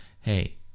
hey